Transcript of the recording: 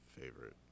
Favorite